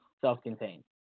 self-contained